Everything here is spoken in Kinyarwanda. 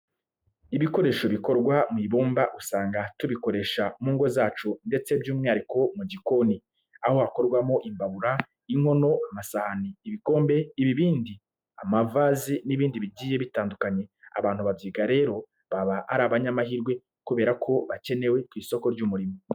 Ibikoresho bikorwa mu ibumba usanga tubikoresha mu ngo zacu ndetse by'umwihariko mu gikoni, aho hakorwamo imbabura, inkono, amasahani, ibikombe, ibibindi, amavazi n'ibindi bigiye bitandukanye. Abantu babyiga rero, baba ari abanyamahirwe kubera ko bakenewe ku isoko ry'umurimo.